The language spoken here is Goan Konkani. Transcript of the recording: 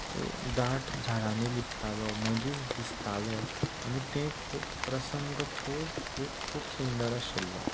दाट झाडांनी लिपतालो मदींच दिसतालो आनी तें खूब प्रसंग खूब खूब सुंदर आशिल्लो